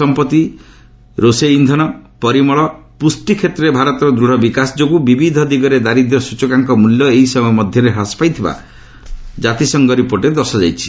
ସମ୍ପଭି ରୋଷେଇ ଇନ୍ଧନ ପରିମଳ ଓ ପୁଷ୍ଟି କ୍ଷେତ୍ରରେ ଭାରତର ଦୂଢ଼ ବିକାଶ ଯୋଗୁଁ ବିବିଧ ଦିଗରେ ଦାରିଦ୍ର୍ୟ ସ୍ନଚକାଙ୍କ ହାର ଏହି ସମୟ ମଧ୍ୟରେ ହ୍ରାସ ପାଇଥିବା କ୍ରାତିସଂଘ ରିପୋର୍ଟରେ ଦର୍ଶାଯାଇଛି